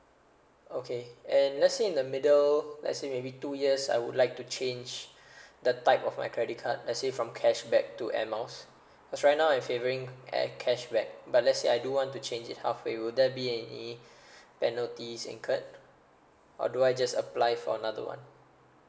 okay and let's say in the middle let's say maybe two years I would like to change the type of my credit card let's say from cashback to air miles cause right now I'm favouring air cashback but let's say I do want to change it halfway would there be any penalties incurred or do I just apply for another one